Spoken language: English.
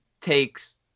takes